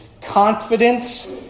Confidence